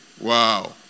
Wow